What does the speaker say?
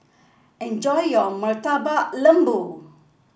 enjoy your Murtabak Lembu